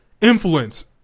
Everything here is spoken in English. influence